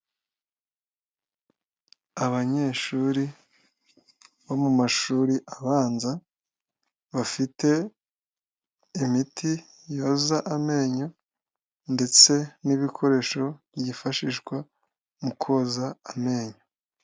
Abanyeshuri bo mu mashuri abanza, bafite imiti yoza amenyo ndetse n'ibikoresho byifashishwa mu koza amenyo.